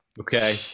Okay